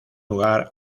lugar